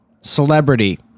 Celebrity